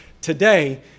today